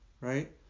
right